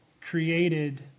created